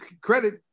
credit